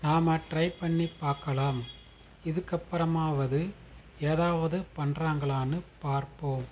நாம் ட்ரை பண்ணி பார்க்கலாம் இதுக்கப்புறமாவது ஏதாவது பண்ணுறாங்களான்னு பார்ப்போம்